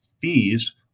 fees